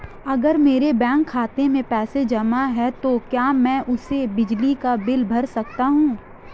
अगर मेरे बैंक खाते में पैसे जमा है तो क्या मैं उसे बिजली का बिल भर सकता हूं?